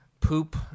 poop